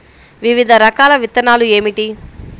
వివిధ రకాల విత్తనాలు ఏమిటి?